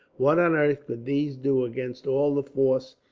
what on earth could these do against all the force